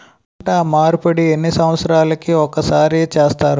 పంట మార్పిడి ఎన్ని సంవత్సరాలకి ఒక్కసారి చేస్తారు?